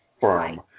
firm